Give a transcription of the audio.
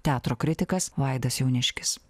teatro kritikas vaidas jauniškis